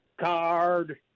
card